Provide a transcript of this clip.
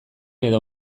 edo